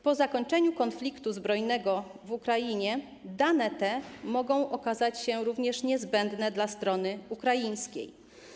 Po zakończeniu konfliktu zbrojnego w Ukrainie dane te mogą okazać się również niezbędne dla strony ukraińskiej.